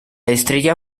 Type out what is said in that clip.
estrella